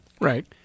Right